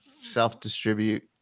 self-distribute